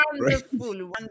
wonderful